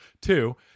Two